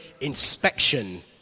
inspection